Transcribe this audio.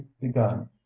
begun